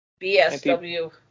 BSW